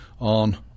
on